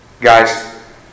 Guys